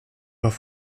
auf